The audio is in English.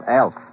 elf